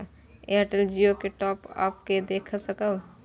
Airtel Jio के top up के देख सकब?